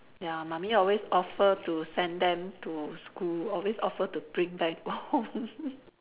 ya mummy always offer to send them to school always offer to bring back home